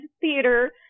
theater